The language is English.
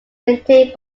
maintained